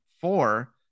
four